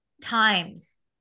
times